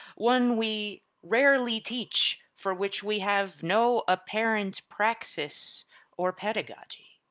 one we rarely teach, for which we have no apparent praxis or pedagogy.